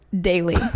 daily